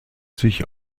sich